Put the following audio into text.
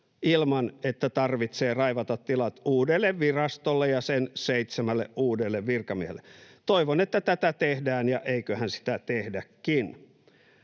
ilman, että tarvitsee raivata tilat uudelle virastolle ja sen seitsemälle uudelle virkamiehelle. Toivon, että tätä tehdään, ja eiköhän sitä tehdäkin.